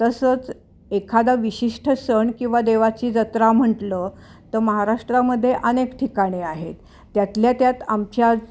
तसंच एखादा विशिष्ट सण किंवा देवाची जत्रा म्हटलं तर महाराष्ट्रामध्ये अनेक ठिकाणे आहेत त्यातल्या त्यात आमच्या